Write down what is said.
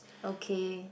okay